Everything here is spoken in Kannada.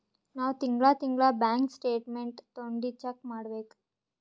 ನಾವ್ ತಿಂಗಳಾ ತಿಂಗಳಾ ಬ್ಯಾಂಕ್ ಸ್ಟೇಟ್ಮೆಂಟ್ ತೊಂಡಿ ಚೆಕ್ ಮಾಡ್ಬೇಕ್